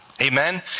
Amen